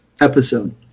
Episode